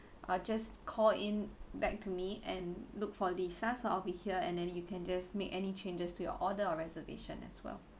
uh just call in back to me and look for lisa so I will be here and then you can just make any changes to your order or reservation as well